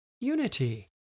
unity